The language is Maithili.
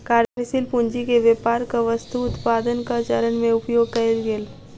कार्यशील पूंजी के व्यापारक वस्तु उत्पादनक चरण में उपयोग कएल गेल